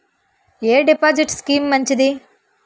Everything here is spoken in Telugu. ఎ డిపాజిట్ స్కీం మంచిది?